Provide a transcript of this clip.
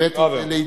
פראוור.